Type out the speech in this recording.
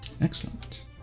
Excellent